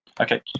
Okay